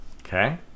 Okay